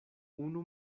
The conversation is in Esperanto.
unu